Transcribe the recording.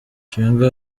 chiwenga